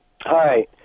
Hi